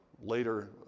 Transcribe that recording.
later